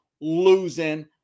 losing